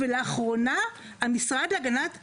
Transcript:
על המשרד להגנת הסביבה,